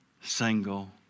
single